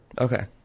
Okay